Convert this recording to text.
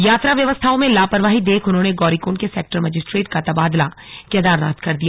यात्रा व्यवस्थाओं में लापरवाही देख उन्होंने गौरीकुंड के सेक्टर मजिस्ट्रेट का तबादला केदारनाथ कर दिया